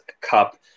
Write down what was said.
Cup